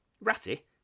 Ratty